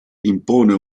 impone